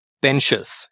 Benches